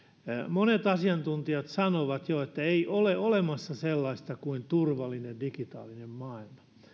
monet asiantuntijat sanovat jo että ei ole olemassa sellaista kuin turvallinen digitaalinen maailma